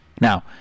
now